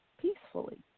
peacefully